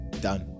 Done